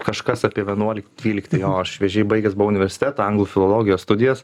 kažkas apie vienuolikti dvylikti o aš šviežiai baigęs buvau universitetą anglų filologijos studijas